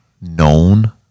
known